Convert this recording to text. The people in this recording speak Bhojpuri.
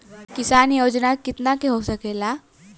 किसान योजना कितना के हो सकेला?